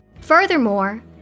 Furthermore